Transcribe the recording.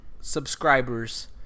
subscribers